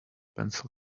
pencil